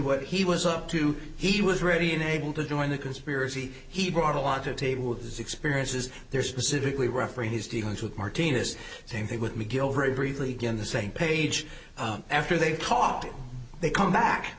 what he was up to he was ready and able to do in the conspiracy he brought a lot to table with his experiences there specifically referee his dealings with martinez same thing with mcgill very briefly give the same page after they caught him they come back